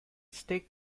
stick